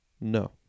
no